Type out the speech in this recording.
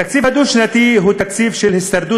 התקציב הדו-שנתי הוא תקציב של הישרדות